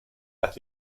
las